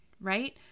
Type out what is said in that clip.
right